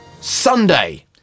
Sunday